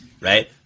Right